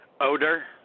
odor